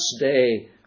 day